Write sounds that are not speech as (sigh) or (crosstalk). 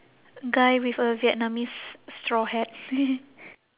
guy with a vietnamese straw hat (laughs)